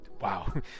wow